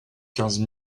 quinze